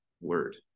word